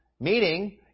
Meaning